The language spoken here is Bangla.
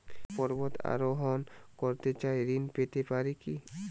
পর্বত আরোহণ করতে চাই ঋণ পেতে পারে কি?